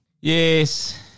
Yes